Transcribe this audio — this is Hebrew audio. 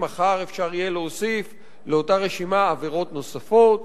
מחר אפשר יהיה להוסיף לאותה רשימה עבירות נוספות